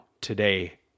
today